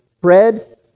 bread